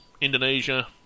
Indonesia